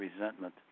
resentment